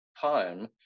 time